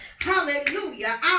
Hallelujah